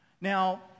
now